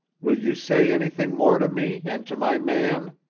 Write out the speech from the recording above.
will you say anything more to me and to my man?